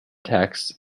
texts